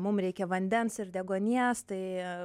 mum reikia vandens ir deguonies tai